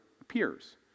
appears